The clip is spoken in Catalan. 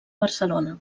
barcelona